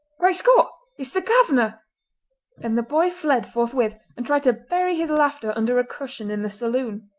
great scott! it's the governor and the boy fled forthwith and tried to bury his laughter under a cushion in the saloon.